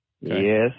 Yes